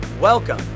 Welcome